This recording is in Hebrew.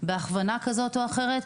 בהכוונה כזו או אחרת,